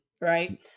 Right